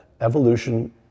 evolution